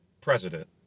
president